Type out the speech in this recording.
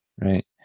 right